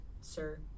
sir